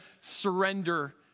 surrender